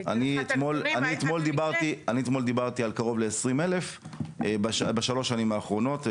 אתמול דיברתי על קרוב ל-20 אלף בשלוש שנים האחרונות.